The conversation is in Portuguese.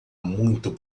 muito